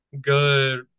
good